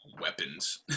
weapons